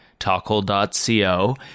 talkhole.co